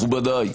מכובדי,